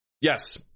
Yes